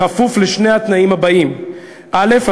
בכפוף לשני התנאים הבאים: א.